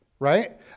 Right